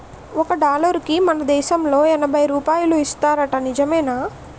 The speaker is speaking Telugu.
ఒక డాలరుకి మన దేశంలో ఎనబై రూపాయలు ఇస్తారట నిజమేనా